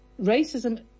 Racism